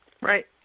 Right